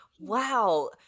Wow